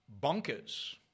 bunkers